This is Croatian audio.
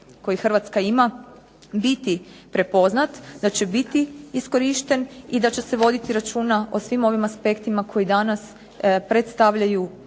koji HRvatska ima biti prepoznat, da će biti iskorišten i da će se voditi račina o svim ovim aspektima koji danas predstavljaju